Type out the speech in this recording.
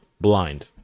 blind